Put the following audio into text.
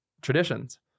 traditions